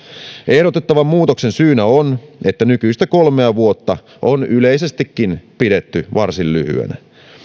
ehdotettavan muutoksen syynä on että nykyistä kolmea vuotta on yleisestikin pidetty varsin lyhyenä